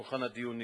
לשולחן הדיונים.